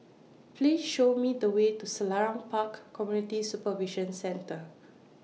Please Show Me The Way to Selarang Park Community Supervision Centre